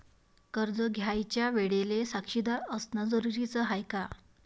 कर्ज घ्यायच्या वेळेले साक्षीदार असनं जरुरीच हाय का?